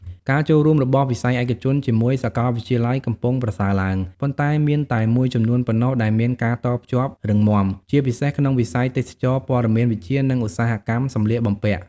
ការចូលរួមរបស់វិស័យឯកជនជាមួយសាកលវិទ្យាល័យកំពុងប្រសើរឡើង ប៉ុន្តែមានតែមួយចំនួនប៉ុណ្ណោះដែលមានការតភ្ជាប់រឹងមាំ ជាពិសេសក្នុងវិស័យទេសចរណ៍ ព័ត៌មានវិទ្យា និងឧស្សាហកម្មសម្លៀកបំពាក់។